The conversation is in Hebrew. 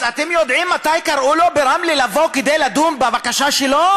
אז אתם יודעים מתי קראו לו ברמלה לבוא כדי לדון בבקשה שלו?